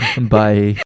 Bye